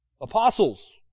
Apostles